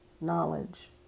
knowledge